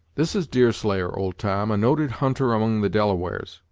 this is deerslayer, old tom, a noted hunter among the delawares,